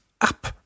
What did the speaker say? up